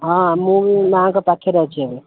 ହଁ ମୁଁ ମା'ଙ୍କ ପାଖରେ ଅଛି ଏବେ